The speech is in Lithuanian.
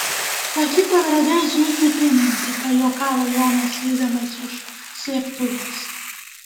sakyk kad radai zuikį pinantį pajuokavo jonas lįsdamas iš slėptuvės